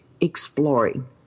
exploring